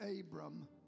Abram